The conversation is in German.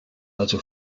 also